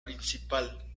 principal